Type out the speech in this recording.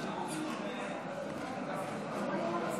חבריי חברי